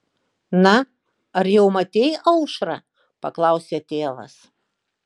na ar jau matei aušrą paklausė tėvas